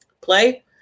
play